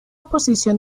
posición